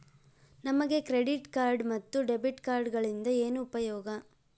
ನಮಗೆ credit card ಮತ್ತು debit ಕಾರ್ಡುಗಳಿಂದ ಏನು ಉಪಯೋಗ?